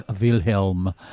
Wilhelm